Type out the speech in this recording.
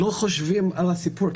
לא חושבים על הסיפור.